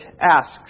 asks